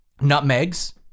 nutmegs